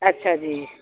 अच्छा जी